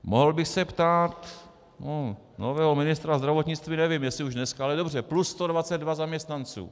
Mohl bych se ptát nového ministra zdravotnictví, nevím, jestli už dneska, ale dobře plus 122 zaměstnanců.